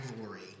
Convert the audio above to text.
glory